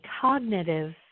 cognitive